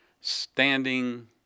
standing